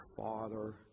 Father